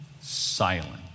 silent